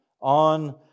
on